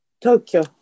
Tokyo